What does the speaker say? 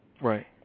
Right